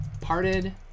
parted